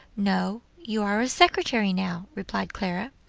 no, you are a secretary now, replied clara.